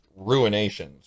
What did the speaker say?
ruinations